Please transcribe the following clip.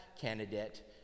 candidate